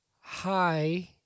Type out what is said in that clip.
hi